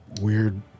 weird